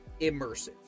immersive